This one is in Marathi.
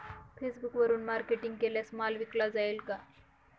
फेसबुकवरुन मार्केटिंग केल्यास माल विकला जाईल का?